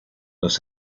los